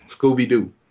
Scooby-Doo